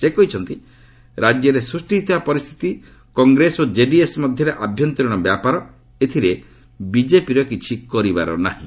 ସେ କହିଛନ୍ତି ରାଜ୍ୟରେ ସୃଷ୍ଟି ହୋଇଥିବା ପରିସ୍ଥିତି କଂଗ୍ରେସ ଓ ଜେଡିଏସ୍ ମଧ୍ୟରେ ଆଭ୍ୟନ୍ତରିଣ ବ୍ୟାପାର ଏଥିରେ ବିଜେପିର କିଛି କରିବାର ନାହିଁ